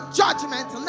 judgment